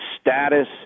status